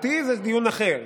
אותי, זה דיון אחר,